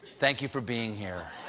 thank you for being here.